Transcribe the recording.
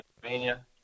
Pennsylvania